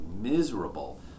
miserable